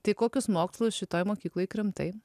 tai kokius mokslus šitoj mokykloj krimtai